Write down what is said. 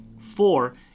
Four